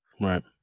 Right